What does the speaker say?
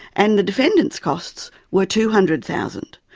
and the defendant's costs were two hundred thousand